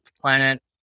planet